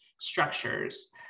structures